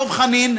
דב חנין,